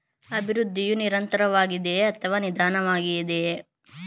ಅಭಿವೃದ್ಧಿಯು ನಿರಂತರವಾಗಿದೆಯೇ ಅಥವಾ ನಿಧಾನವಾಗಿದೆಯೇ?